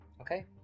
Okay